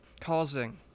Causing